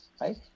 right